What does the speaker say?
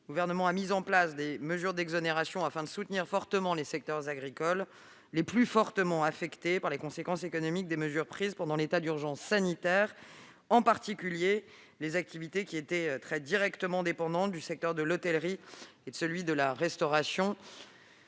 rectificative, il a mis en place des exonérations afin de soutenir les secteurs agricoles les plus durement affectés par les conséquences économiques des mesures prises pendant l'état d'urgence sanitaire, en particulier les activités qui étaient très directement dépendantes des secteurs de l'hôtellerie et de la restauration-